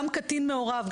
גם קטין מעורב,